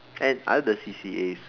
and other C_C_As